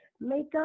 makeup